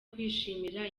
kwishimira